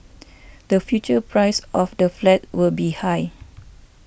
the future price of the flat will be high